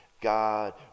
God